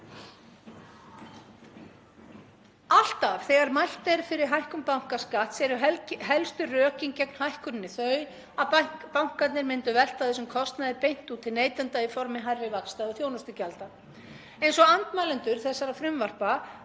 Alltaf þegar mælt er fyrir hækkun bankaskatts eru helstu rökin gegn hækkuninni þau að bankarnir myndu velta þessum kostnaði beint út til neytenda í formi hærri vaxta og þjónustugjalda, eins og andmælendur þessara frumvarpa